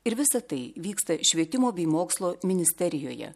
ir visa tai vyksta švietimo bei mokslo ministerijoje